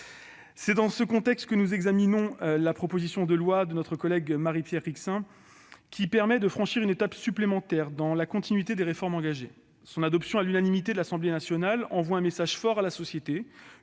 C'est dans ce contexte que nous examinons la proposition de loi de notre collègue Marie-Pierre Rixain, laquelle permet de franchir une étape supplémentaire, dans la continuité des réformes engagées. Son adoption à l'unanimité par l'Assemblée nationale envoie un message fort à la société,